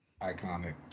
Iconic